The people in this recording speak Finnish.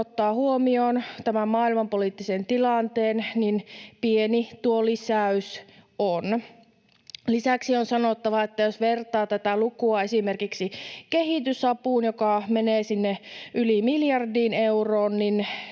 ottaa huomioon tämän maailmanpoliittisen tilanteen, niin pieni tuo lisäys on. Lisäksi on sanottava, että jos vertaa tätä lukua esimerkiksi kehitysapuun, joka menee sinne yli miljardiin euroon,